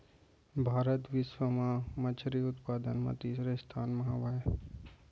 भारत बिश्व मा मच्छरी उत्पादन मा तीसरा स्थान मा हवे